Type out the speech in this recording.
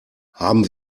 haben